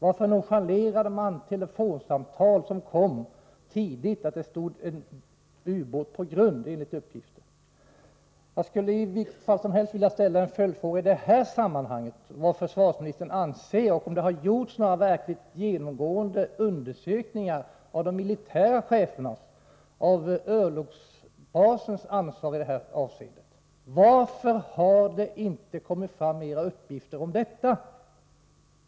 Varför nonchalerade man telefonsamtal som kom tidigt och där det lämnades uppgifter om att det stod en ubåt på grund? Jag skulle i vilket fall som helst vilja ställa några följdfrågor i detta sammanhang: Vad anser försvarsmininstern? Har det gjorts några verkligt genomgripande undersökningar när det gäller de militära cheferna, när det gäller örlogsbasens ansvariga i det här avseendet? Varför har det inte kommit fram mera uppgifter om detta?